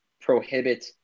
prohibit